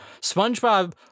SpongeBob